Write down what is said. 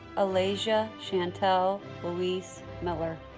alayjha chantel louise miller